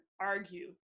argue